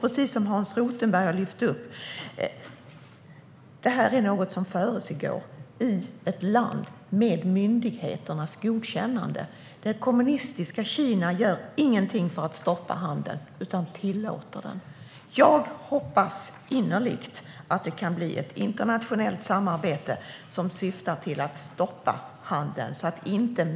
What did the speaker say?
Precis som Hans Rothenberg har lyft upp är detta något som försiggår i ett land - med myndigheternas godkännande. Det kommunistiska Kina gör ingenting för att stoppa handeln utan tillåter den. Jag hoppas innerligt att det kan bli ett internationellt samarbete som syftar till att stoppa handeln.